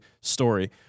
story